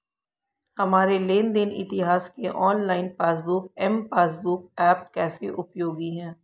हमारे लेन देन इतिहास के online passbook M passbook app कैसे उपयोगी है?